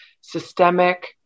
systemic